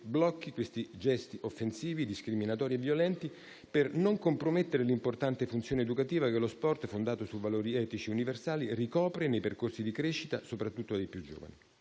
blocchi questi gesti offensivi, discriminatori e violenti, per non compromettere l'importante funzione educativa che lo sport fondato su valori etici universali ricopre nei percorsi di crescita, soprattutto dei più giovani.